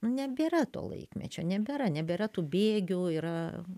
nu nebėra to laikmečio nebėra nebėra tų bėgių yra